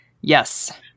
Yes